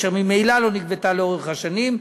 אשר ממילא לא נגבתה לאורך השנים,